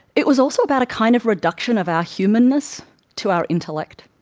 it was also about a kind of reduction of our humanness to our intellect.